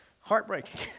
heartbreaking